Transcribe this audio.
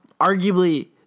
Arguably